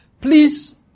Please